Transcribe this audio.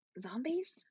zombies